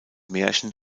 märchen